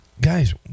Guys